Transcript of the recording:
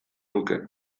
nuke